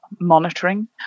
monitoring